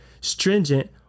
stringent